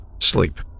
sleep